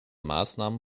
maßnahmen